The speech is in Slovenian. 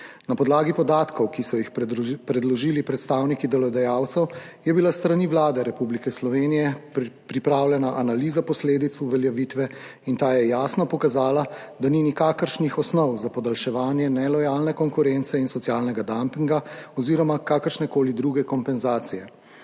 Na podlagi podatkov, ki so jih predložili predstavniki delodajalcev, je bila s strani Vlade Republike Slovenije pripravljena analiza posledic uveljavitve in ta je jasno pokazala, da ni nikakršnih osnov za podaljševanje nelojalne konkurence in socialnega dampinga oziroma kakršnekoli druge kompenzacije.